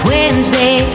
Wednesday